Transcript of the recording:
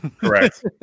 Correct